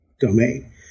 domain